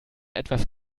etwas